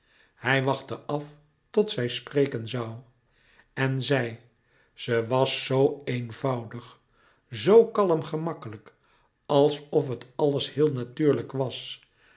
hij wachtte af tot zij spreken zoû en zij ze was zoo eenvoudig zoo kalm gemakkelijk alsof louis couperus metamorfoze het alles heel natuurlijk was